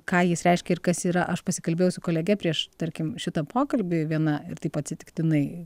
ką jis reiškia ir kas yra aš pasikalbėjau su kolege prieš tarkim šitą pokalbį viena ir taip atsitiktinai